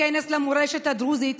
בכנס למורשת הדרוזית,